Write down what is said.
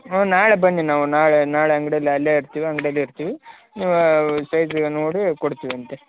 ಹಾಂ ನಾಳೆ ಬನ್ನಿ ನಾವು ನಾಳೆ ನಾಳೆ ಅಂಗ್ಡೀಲೇ ಅಲ್ಲೇ ಇರ್ತಿವಿ ಅಂಗ್ಡೀಲೇ ಇರ್ತಿವಿ ನೀವು ಸೈಜಿಗೆ ನೋಡಿ ಕೊಡ್ತೀವಂತೆ